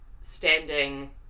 standing